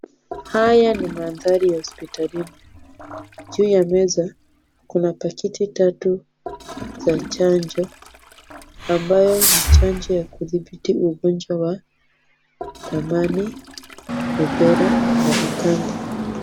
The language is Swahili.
Haya ni mandhari ya hospitalini. Juu ya meza, kuna pakiti tatu za chanjo, ambayo ni chanjo ya kudhibiti ugonjwa wa thamani, ubera, na ukambe.